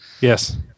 Yes